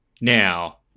now